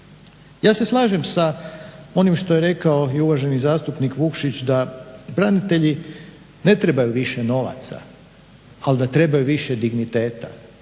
Ja se slažem sa onim što je rekao i uvaženi zastupnik Vukšić da branitelji ne trebaju više novaca, ali da trebaju više digniteta,